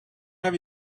have